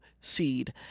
Seed